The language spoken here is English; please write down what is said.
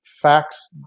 facts